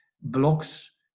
blocks